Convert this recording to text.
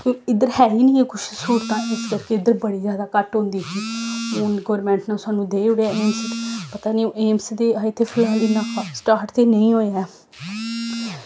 ते इद्धर है गै निं ऐ कुछ स्हूलतां इस करके इद्धर बड़ी जैदा घट्ट होंदी ही हून गौरमैन्ट ने ओह् सानूं देई ओड़ेआ एम्स ते पता निं एम्स ते अजें ते फिलहाल इन्ना खास स्टार्ट ते नेईं होएआ ऐ